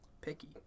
picky